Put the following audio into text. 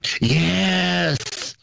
Yes